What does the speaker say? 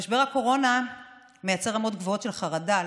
משבר הקורונה מייצר רמות גבוהות של חרדה,